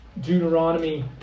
Deuteronomy